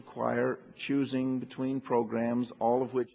require choosing between programs all of